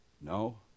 No